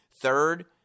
Third